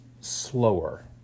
slower